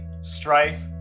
Strife